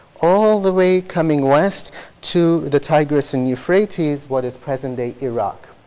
all the way coming west to the tigris and euphrates, what is present-day iraq.